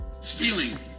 stealing